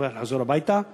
שוכח לחזור הביתה,